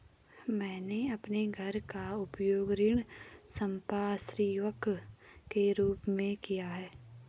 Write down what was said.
मैंने अपने घर का उपयोग ऋण संपार्श्विक के रूप में किया है